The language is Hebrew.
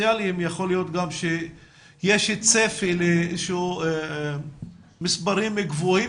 הסוציאליים יכול להיות שיש צפי למספרים גבוהים